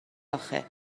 آخه